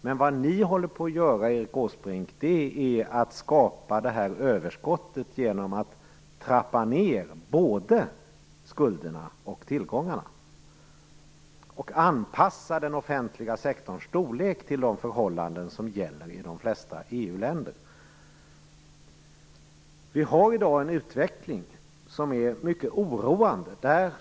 Men vad regeringen håller på att göra, Erik Åsbrink, är att skapa överskottet genom att trappa ned både skulderna och tillgångarna, och anpassa den offentliga sektorns storlek till de förhållanden som råder i de flesta EU-länder. Vi har i dag en utveckling som är mycket oroande.